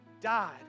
died